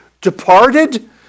departed